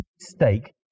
steak